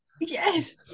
Yes